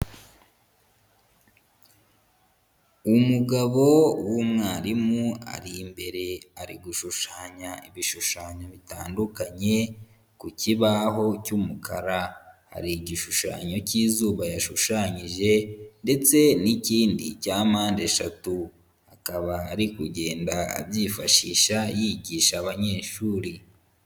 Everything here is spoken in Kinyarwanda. Umugabo w'umwarimu ari imbere ari gushushanya ibishushanyo bitandukanye ku kibaho cy'umukara, hari igishushanyo cy'izuba yashushanyije ndetse n'ikindi cya mpande eshatu, akaba ari kugenda abyifashisha yigisha abanyeshuri.